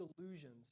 delusions